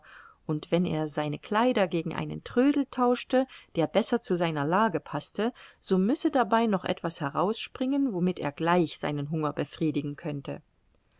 und wenn er seine kleider gegen einen trödel tauschte der besser zu seiner lage paßte so müsse dabei noch etwas herausspringen womit er gleich seinen hunger befriedigen könnte